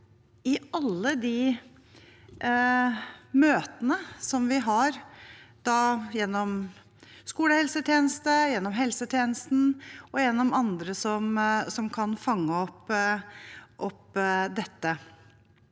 i alle de møtene vi har gjennom skolehelsetjenesten, helsetjenesten og gjennom andre som kan fange opp dette.